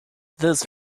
this